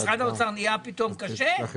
משרד האוצר נהיה פתאום קשה?